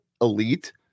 elite